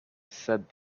said